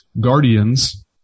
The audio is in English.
Guardians